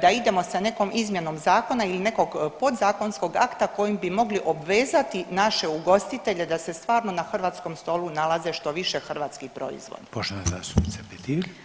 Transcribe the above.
da idemo sa nekom izmjenom zakona ili nekog podzakonskog akta kojim bi mogli obvezati naše ugostitelje da se stvarno na hrvatskom stolu nalaže što više hrvatskih proizvodi?